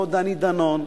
לא דני דנון,